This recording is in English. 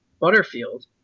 Butterfield